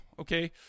Okay